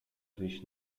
wyjść